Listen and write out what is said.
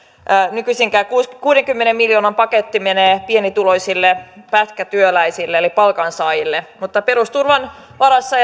nykyisellään kuudenkymmenen miljoonan paketti menee pienituloisille pätkätyöläisille eli palkansaajille mutta perusturvan varassa